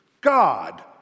God